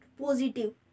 positive